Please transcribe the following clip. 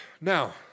Now